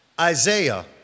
Isaiah